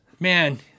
Man